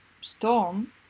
storm